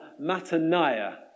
Mataniah